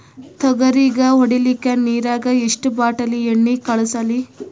ತೊಗರಿಗ ಹೊಡಿಲಿಕ್ಕಿ ನಿರಾಗ ಎಷ್ಟ ಬಾಟಲಿ ಎಣ್ಣಿ ಕಳಸಲಿ?